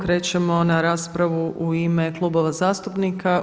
Krećemo na raspravu u ime klubova zastupnika.